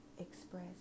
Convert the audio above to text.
express